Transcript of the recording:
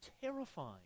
terrifying